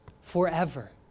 forever